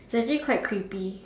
it's actually quite creepy